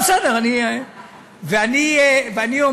אני אומר